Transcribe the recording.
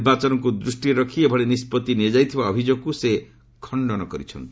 ନିର୍ବାଚନକୁ ଦୃଷ୍ଟିରେ ରଖି ଏଭଳି ନିଷ୍ପଭି ନିଆଯାଇଥିବା ଅଭିଯୋଗକୁ ସେ ଖଣ୍ଡନ କରିଛନ୍ତି